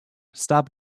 stop